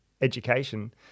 education